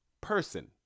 person